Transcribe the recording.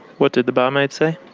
what did the barmaid say?